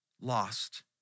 lost